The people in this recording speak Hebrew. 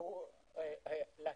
הוא להיטל.